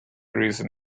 reason